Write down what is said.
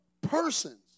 persons